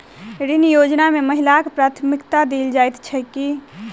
ऋण योजना मे महिलाकेँ प्राथमिकता देल जाइत छैक की?